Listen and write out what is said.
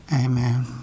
Amen